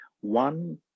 One